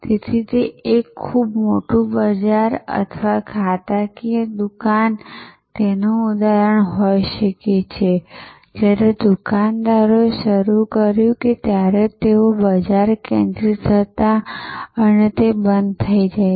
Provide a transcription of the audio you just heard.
તેથી એક ખૂબ મોટુ બજાર અથવા ખાતાકીય દુકાન તેનુ એક ઉદાહરણ હોઈ શકે છે જ્યારે દુકાનદારોએ શરૂ કર્યું ત્યારે તેઓ બજાર કેન્દ્રિત હતા અને તે બંધ થઈ જાય છે